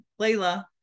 Layla